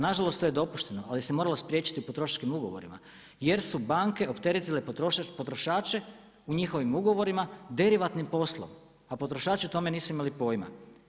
Nažalost to je dopušteno, ali se moralo spriječiti potrošačkim ugovorima jer su banke opteretile potrošače u njihovim ugovorima derivatnim poslom, a potrošači o tome nisu imali pojma.